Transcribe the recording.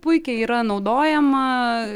puikiai yra naudojama